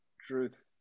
Truth